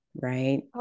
right